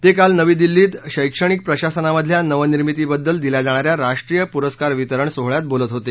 ते काल नवी दिल्ली क्विं शैक्षणिक प्रशासनामधल्या नवनिर्मितीबद्दल दिल्या जाणाऱ्या राष्ट्रीय पुरस्कार वितरण सोहळ्यात बोलत होते